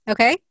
Okay